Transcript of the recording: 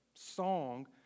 Song